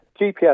GPS